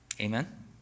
Amen